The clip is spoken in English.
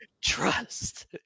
Trust